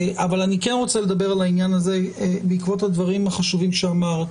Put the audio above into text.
אבל אני כן רוצה לדבר על העניין הזה בעקבות הדברים החשובים שאמרת